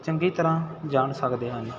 ਚੰਗੀ ਤਰ੍ਹਾਂ ਜਾਣ ਸਕਦੇ ਹਨ